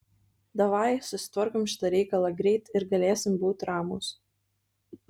davai susitvarkom šitą reikalą greit ir galėsim būt ramūs